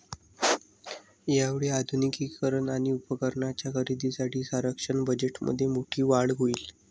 यावेळी आधुनिकीकरण आणि उपकरणांच्या खरेदीसाठी संरक्षण बजेटमध्ये मोठी वाढ होईल